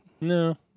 No